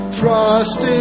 trust